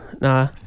nah